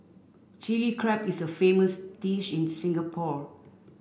Chilli Crab is a famous dish in Singapore